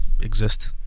Exist